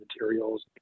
materials